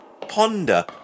ponder